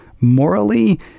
Morally